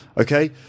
Okay